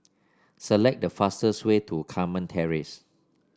select the fastest way to Carmen Terrace